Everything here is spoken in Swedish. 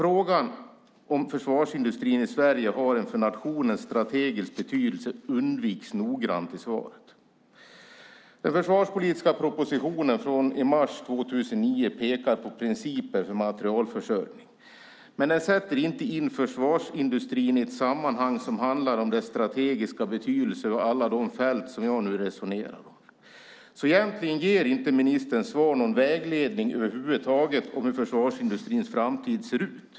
Frågan om försvarsindustrin i Sverige har en för nationen strategisk betydelse undviks noggrant i svaret. Den försvarspolitiska propositionen från mars 2009 pekar på principer för materielförsörjning. Men den sätter inte in försvarsindustrin i ett sammanhang som handlar om den strategiska betydelsen och alla de fält som jag nu har resonerat om. Egentligen ger inte ministerns svar över huvud taget någon vägledning om hur försvarsindustrins framtid ser ut.